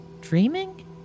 dreaming